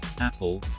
Apple